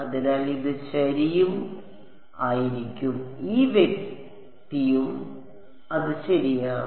അതിനാൽ ഇത് ശരിയും ശരിയും ആയിരിക്കും ഈ വ്യക്തിയും അത് ശരിയാണ്